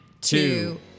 two